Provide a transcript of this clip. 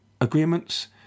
agreements